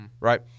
right